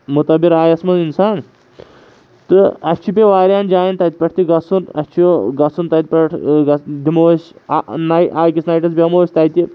معتبر آیَس منٛز اِنسان تہٕ اَسہِ چھِ بیٚیہِ واریاہَن جایَن تَتہِ پٮ۪ٹھ تہِ گژھُن اَسہِ چھُ گژھُن تَتہِ پٮ۪ٹھ دِمو أسۍ أکِس نایٹَس بیٚہمو أسۍ تَتہِ